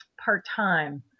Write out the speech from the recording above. part-time